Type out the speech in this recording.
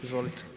Izvolite.